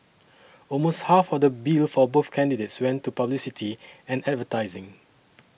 almost half of the bill for both candidates went to publicity and advertising